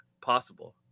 possible